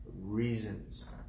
reasons